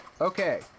Okay